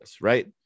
right